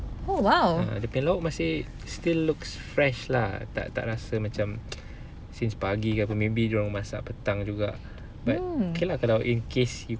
oh !wow!